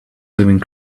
living